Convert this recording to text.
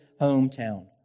hometown